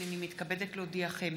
הינני מתכבדת להודיעכם,